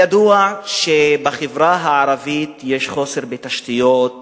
ידוע שבחברה הערבית יש חוסר בתשתיות ובכבישים.